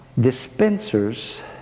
Dispensers